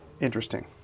interesting